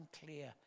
unclear